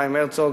חיים הרצוג,